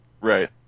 Right